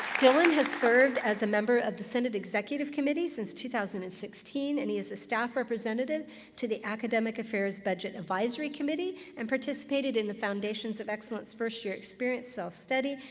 dylan has served as a member of the senate executive committee since two thousand and sixteen, and he is the staff representative to the academic affairs budget advisory committee, and participated in the foundations of excellence first-year experience self-study,